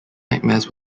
nightmares